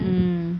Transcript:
mm